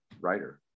writer